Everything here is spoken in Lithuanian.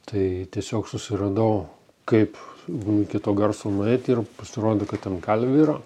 tai tiesiog susiradau kaip iki to garso nueit ir pasirodo kad ten kalvė yra